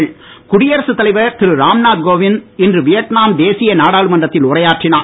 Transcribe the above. ராம்நாத் குடியரசு தலைவர் திரு ராம்நாத் கோவிந்த் இன்று வியட்நாம் தேசிய நாடாளுமன்றத்தில் உரையாற்றினார்